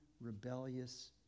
rebellious